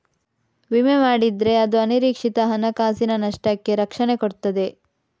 ವಿಮೆ ಮಾಡಿದ್ರೆ ಅದು ಅನಿರೀಕ್ಷಿತ ಹಣಕಾಸಿನ ನಷ್ಟಕ್ಕೆ ರಕ್ಷಣೆ ಕೊಡ್ತದೆ